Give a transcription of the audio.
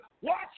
Watch